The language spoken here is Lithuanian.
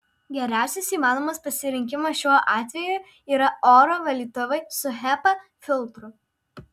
geriausias įmanomas pasirinkimas šiuo atveju yra oro valytuvai su hepa filtru